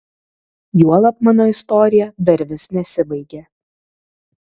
juolab mano istorija dar vis nesibaigė